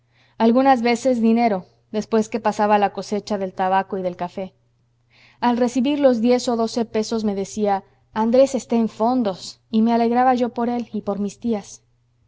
algunas veces dinero después que pasaba la cosecha del tabaco y del café al recibir los diez o doce pesos me decía andrés está en fondos y me alegraba yo por él y por mis tías